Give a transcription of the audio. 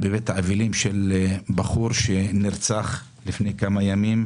בבית האבלים של בחור שנרצח לפני כמה ימים,